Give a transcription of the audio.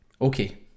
Okay